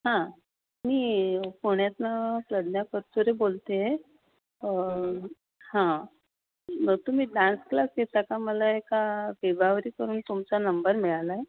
हां मी पुण्यातनं प्रज्ञा पचुरे बोलते आहे हां ब तुम्ही डान्स क्लास घेता का मला एका करून तुमचा नंबर मिळाला आहे